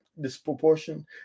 disproportion